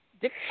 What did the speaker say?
Dick